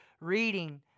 reading